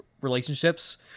relationships